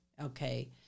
Okay